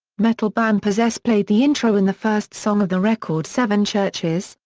metal band possessed played the intro in the first song of the record seven churches,